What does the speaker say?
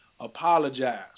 apologize